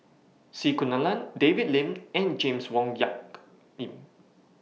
C Kunalan David Lim and James Wong Tuck Yim